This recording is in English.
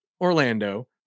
Orlando